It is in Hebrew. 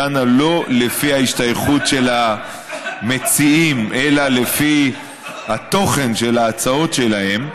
שדנה לא לפי ההשתייכות של המציעים אלא לפי התוכן של ההצעות שלהם,